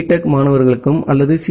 tech மாணவர்களுக்கும் அல்லது C